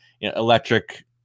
electric